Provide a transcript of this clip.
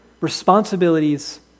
responsibilities